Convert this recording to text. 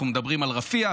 אנחנו מדברים על רפיח,